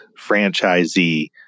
franchisee